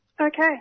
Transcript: Okay